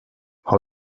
how